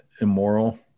immoral